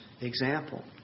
example